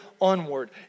onward